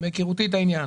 שמהיכרותי את העניין,